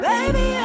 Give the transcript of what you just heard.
Baby